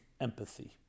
empathy